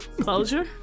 closure